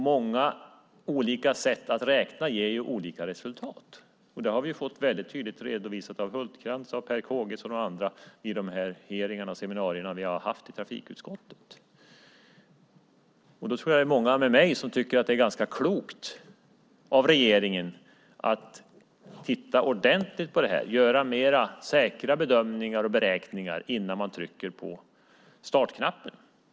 Men olika sätt att räkna ger olika resultat. Det har vi fått tydligt redovisat av Hultkranz, Per Kågesson och andra vid de hearingar och seminarier vi har haft i trafikutskottet. Då tror jag många med mig tycker att det är ganska klokt av regeringen att titta ordentligt på det här, att man gör mer säkra bedömningar och beräkningar innan man trycker på startknappen.